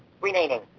remaining